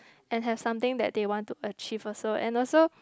and has something that they want to achieve also and also